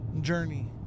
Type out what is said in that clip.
journey